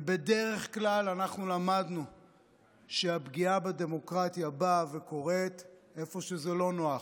ובדרך כלל אנחנו למדנו שהפגיעה בדמוקרטיה באה וקורית איפה שזה לא נוח.